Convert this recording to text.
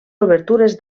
obertures